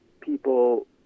people